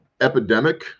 Epidemic